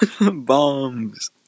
Bombs